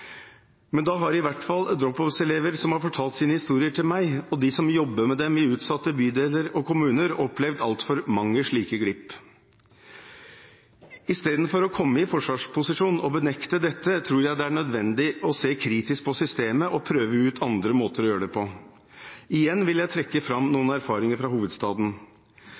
Men da har i hvert fall drop-out-elever som har fortalt sine historier til meg, og de som jobber med dem i utsatte bydeler og kommuner, opplevd altfor mange slike glipper. Istedenfor å komme i forsvarsposisjon og benekte dette, tror jeg det er nødvendig å se kritisk på systemet og prøve ut andre måter å gjøre det på. Igjen vil jeg trekke fram noen erfaringer fra hovedstaden: